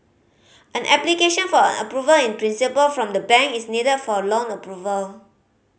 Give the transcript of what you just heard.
an application for an Approval in Principle from the bank is needed for a loan approval